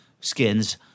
skins